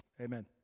Amen